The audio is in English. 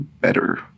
better